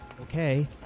Okay